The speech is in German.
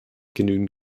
genügend